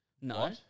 no